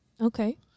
Okay